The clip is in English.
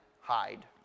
hide